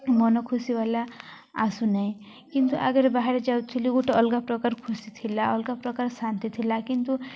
ମନ ଖୁସି ବାଲା ଆସୁନାହିଁ କିନ୍ତୁ ଆଗରେ ବାହାରେ ଯାଉଥିଲି ଗୋଟେ ଅଲଗା ପ୍ରକାର ଖୁସି ଥିଲା ଅଲଗା ପ୍ରକାର ଶାନ୍ତି ଥିଲା କିନ୍ତୁ